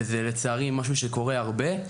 ולצערי זה משהו שקורה הרבה,